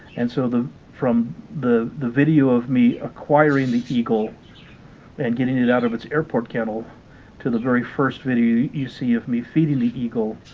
and so from the the video of me acquiring the eagle and getting it out of its airport kennel to the very first video you see of me feeding the eagle